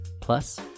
Plus